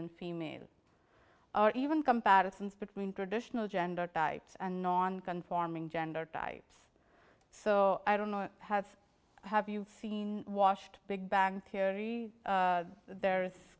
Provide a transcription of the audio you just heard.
and female or even comparisons between traditional gender types and non conforming gender types so i don't have i have you seen washed big bang theory there